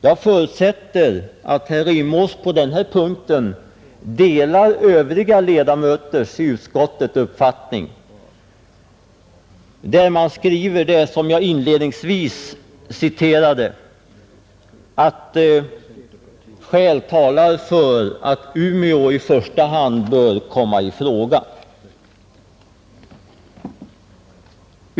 Jag förutsätter att herr Rimås på den här punkten delar övriga utskottsledamöters uppfattning när man skriver, som jag inledningsvis citerade, att skäl talar för att Umeå i första hand bör komma i fråga.